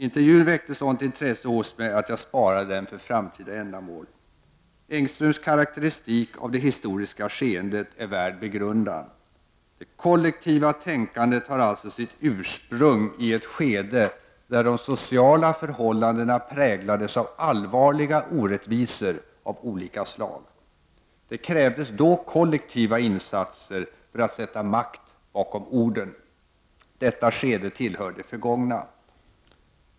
Intervjun väckte sådant intresse hos mig att jag sparade den för framtida ändamål. Odd Engströms karakteristik av det historiska skeendet är värd begrundan. Det kollektiva tänkandet har alltså sitt ursprung i ett skede, där de sociala förhållandena präglades av allvarliga orättvisor av olika slag. Det krävdes då kollektiva insatser för att sätta makt bakom orden. Detta skede tillhör det förgångna.